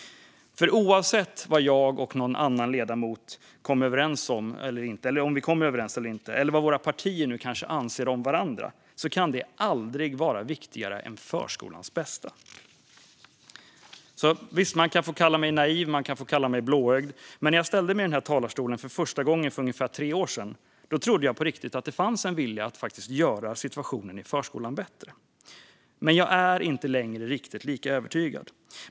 Oavsett vad jag och någon annan ledamot kommer överens om eller inte, eller vad våra partier anser om varandra, kan det aldrig vara viktigare än förskolans bästa. Man kan få kalla mig naiv och blåögd, men när jag ställde mig i talarstolen för första gången för ungefär två år sedan trodde jag på riktigt att det fanns en vilja att göra situationen i förskolan bättre. Men jag är inte längre riktigt lika övertygad.